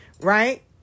Right